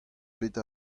bet